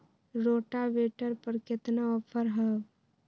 Rotavator पर केतना offer हव?